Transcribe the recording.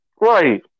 Right